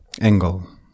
angle